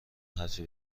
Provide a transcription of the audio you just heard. حرفی